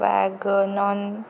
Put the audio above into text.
Wagon R